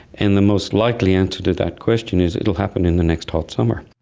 and the most likely answer to that question is, it'll happen in the next hot summer.